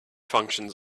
functions